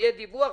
שיהיה דיווח.